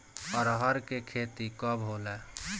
अरहर के खेती कब होला?